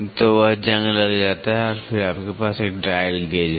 तो वह जंग लग जाता है और फिर आपके पास एक डायल गेज है